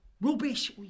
Rubbish